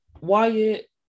Wyatt